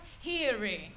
hearing